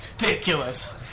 Ridiculous